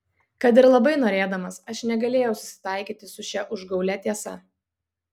kad ir labai norėdamas aš negalėjau susitaikyti su šia užgaulia tiesa